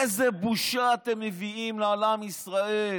איזו בושה אתם מביאים על עם ישראל.